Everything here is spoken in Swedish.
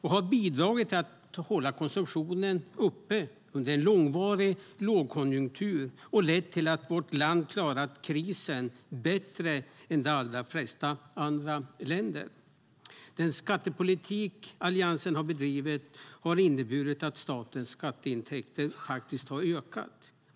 De har bidragit till att hålla konsumtionen uppe under en långvarig lågkonjunktur och lett till att vårt land klarat krisen bättre än de allra flesta andra länder. Den skattepolitik Alliansen har bedrivit har inneburit att statens skatteintäkter faktiskt har ökat.